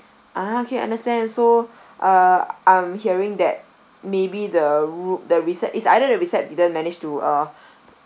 ah okay understand so uh I'm hearing that maybe the room the recep~ is either the recep~ didn't manage to uh